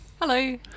hello